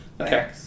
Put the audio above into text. Okay